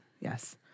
Yes